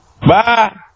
Bye